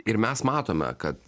ir mes matome kad